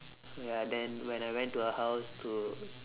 ya then when I went to her house to